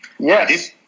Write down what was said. Yes